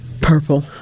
purple